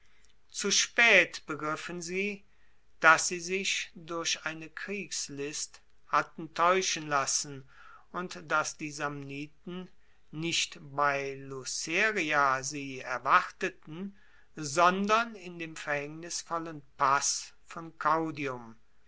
zu spaet begriffen sie dass sie sich durch eine kriegslist hatten taeuschen lassen und dass die samniten nicht bei luceria sie erwarteten sondern in dem verhaengnisvollen pass von caudium